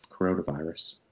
coronavirus